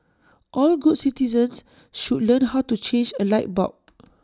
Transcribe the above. all good citizens should learn how to change A light bulb